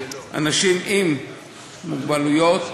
אנשים עם מוגבלויות.